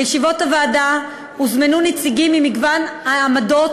לישיבות הוועדה הוזמנו נציגים ממגוון העמדות